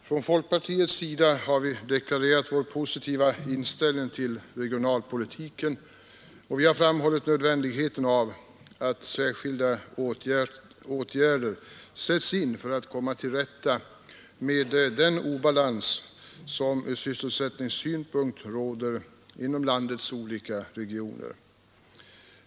Från folkpartiet har vi deklarerat vår positiva inställning till regionalpolitiken och framhållit nödvändigheten av att särskilda åtgärder sätts in för att komma till rätta med den obalans som från sysselsättningssynpunkt råder inom landets olika regioner.